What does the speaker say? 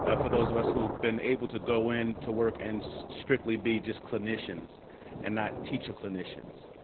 ah for those of us who have been able to go in to work and strictly be just clinicians and not teacher-clinicians,